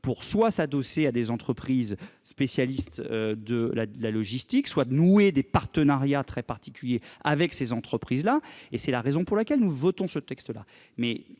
pour s'adosser à des entreprises spécialistes de la logistique, soit pour nouer des partenariats très particuliers avec ces entreprises. C'est la raison pour laquelle nous vous proposons ce texte.